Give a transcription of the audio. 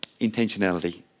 intentionality